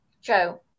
Joe